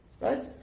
Right